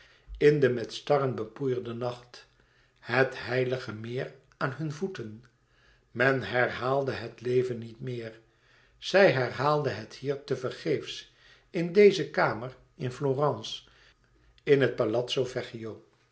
in den met starren bepoeierden nacht het heilige meer aan hunne voeten men herhaalde het leven niet meer zij herhaalden het hier tevergeefs in deze kamer in florence in het